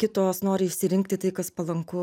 kitos nori išsirinkti tai kas palanku